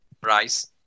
price